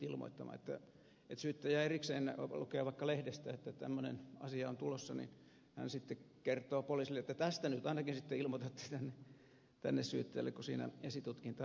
kun syyttäjä erikseen lukee vaikka lehdestä että tämmöinen asia on tulossa niin hän sitten kertoo poliisille että tästä nyt ainakin sitten ilmoitatte tänne syyttäjälle kun siinä esitutkinta etenee